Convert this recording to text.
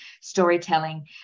storytelling